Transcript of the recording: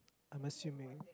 I am assuming